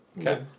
Okay